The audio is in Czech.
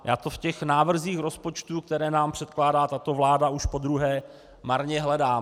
Já to v těch návrzích rozpočtu, které nám předkládá tato vláda už podruhé, marně hledám.